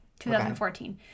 2014